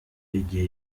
igihe